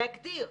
להגדיר.